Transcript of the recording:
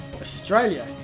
Australia